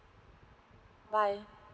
bye